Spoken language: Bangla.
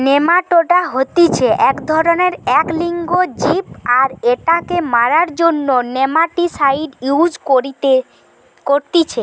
নেমাটোডা হতিছে এক ধরণেরএক লিঙ্গ জীব আর এটাকে মারার জন্য নেমাটিসাইড ইউস করতিছে